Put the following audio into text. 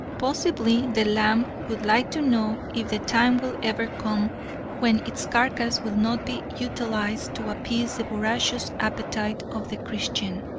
possibly the lamb would like to know if the time will ever come when its carcass will not be utilized to appease the voracious appetite of the christian.